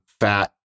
fat